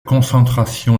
concentration